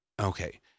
Okay